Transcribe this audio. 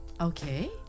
Okay